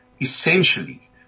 essentially